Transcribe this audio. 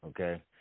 okay